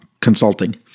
consulting